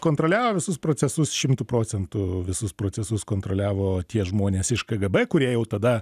kontroliavo visus procesus šimtu procentų visus procesus kontroliavo tie žmonės iš kgb kurie jau tada